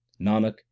Nanak